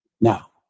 Now